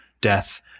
death